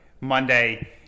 Monday